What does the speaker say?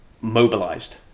mobilized